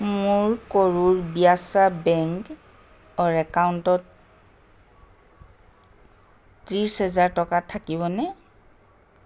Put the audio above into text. মোৰ কৰুৰ ব্যাসা বেংকৰ একাউণ্টত ত্ৰিছ হেজাৰ টকা থাকিবনে